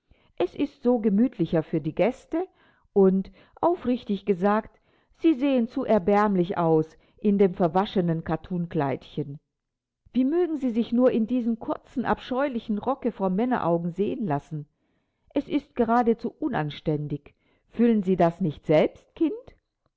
es ist so gemütlicher für die gäste und aufrichtig gesagt sie sehen zu erbärmlich aus in dem verwaschenen kattunkleidchen wie mögen sie sich nur in diesem kurzen abscheulichen rocke vor männeraugen sehen lassen es ist geradezu unanständig fühlen sie das nicht selbst kind